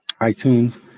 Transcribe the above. iTunes